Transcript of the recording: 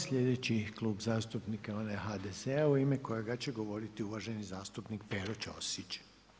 Slijedeći Klub zastupnika, onaj HDZ-a u ime kojega će govoriti uvaženi zastupnik Pero Ćosić.